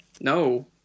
No